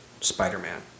Spider-Man